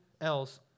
else